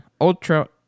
ultra